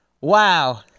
wow